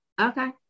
okay